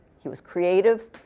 he was creative.